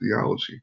theology